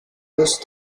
los